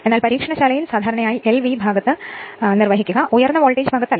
എന്നാൽ പരീക്ഷണശാലയിൽ സാധാരണയായി LV ഭാഗത്ത് നിർവ്വഹിക്കുക ഉയർന്ന വോൾട്ടേജ് ഭാഗത്തല്ല